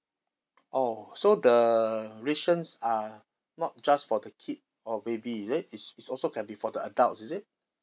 orh so the the rations are not just for the kid or baby is it it's it's also can be for the adults is it